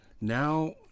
Now